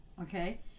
Okay